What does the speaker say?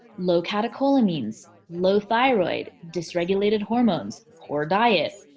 low catecholamines, low thyroid, dysregulated hormones poor diet,